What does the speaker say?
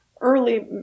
early